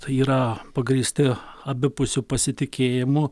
tai yra pagrįsti abipusiu pasitikėjimu